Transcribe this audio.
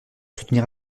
soutenir